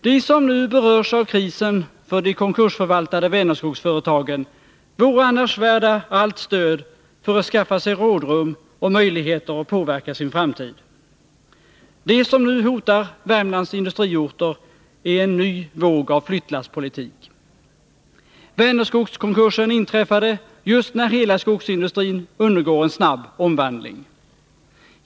De som nu berörs av krisen för de konkursförvaltande Vänerskogsföretagen vore annars värda allt stöd för att skaffa sig rådrum och möjligheter att påverka sin framtid. Det som nu hotar Värmlands industriorter är en ny våg av flyttlasspolitik. Vänerskogskonkursen inträffade just när hela skogsindustrin undergår en snabb omvandling.